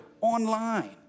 online